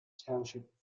township